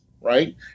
right